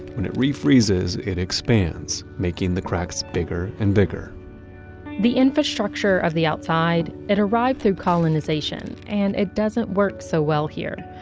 when it refreezes, it expands making the cracks bigger and bigger the infrastructure of the outside, it arrived through colonization and it doesn't work so well here.